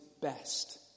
best